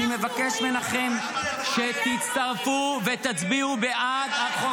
אני מבקש מכם שתצטרפו ותצביעו בעד החוק